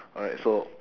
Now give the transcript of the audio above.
alright so